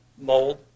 mold